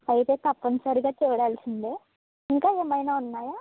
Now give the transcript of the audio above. అయితే తప్పనిసరిగా చూడాల్సిందే ఇంకా ఏమైనా ఉన్నాయా